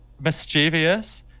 mischievous